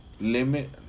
limit